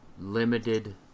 limited